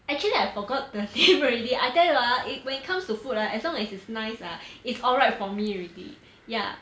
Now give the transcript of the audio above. actually I forgot already I tell you lah when it comes to food lah as long as it's nice ah it's alright for me already ya